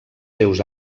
seus